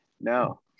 no